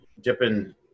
dipping